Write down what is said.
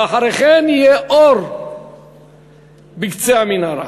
ואחרי כן יהיה אור בקצה המנהרה.